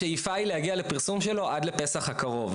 השאיפה היא להגיע לפרסום שלו עד לפסח הקרוב,